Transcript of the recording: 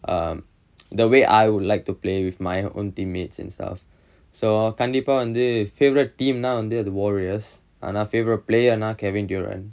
um the way I would like to play with my own teammates and stuff so கண்டிப்பா வந்து:kandippaa vanthu favourite team now வந்து அது:vanthu athu warriors ஆனா:aanaa favourite player now kevin durant